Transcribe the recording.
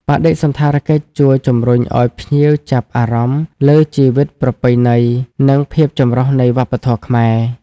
បដិសណ្ឋារកិច្ចជួយជំរុញឱ្យភ្ញៀវចាប់អារម្មណ៍លើជីវិតប្រពៃណី និងភាពចម្រុះននៃវប្បធម៌ខ្មែរ។